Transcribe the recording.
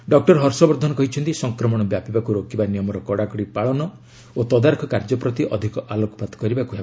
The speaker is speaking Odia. ଡକ୍କର ହର୍ଷବର୍ଦ୍ଧନ କହିଛନ୍ତି ସଂକ୍ରମଣ ବ୍ୟାପିବାକୁ ରୋକିବା ନିୟମର କଡ଼ାକଡ଼ି ପାଳନ ଓ ତଦାରଖ କାର୍ଯ୍ୟ ପ୍ରତି ଅଧିକ ଆଲୋକପାତ କରିବାକୁ ହେବ